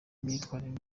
n’imyitwarire